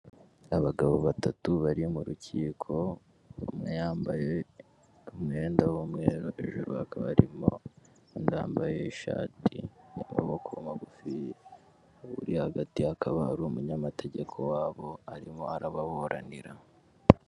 Abagabo batatu bari mu rukiko, umwe yambaye umwenda w'umweru hejuru hakaba arimo umwe mbaye ishati n'amaboko magufiya, uri hagati akaba ari umunyamategeko wabo arimo arababuranira.